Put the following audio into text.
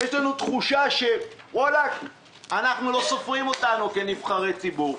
יש לנו תחושה שאנחנו לא סופרים אותנו כנבחרי ציבור,